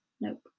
Nope